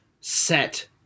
set